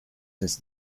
since